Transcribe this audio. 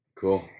Cool